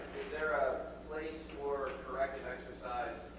is there a place for corrective exercise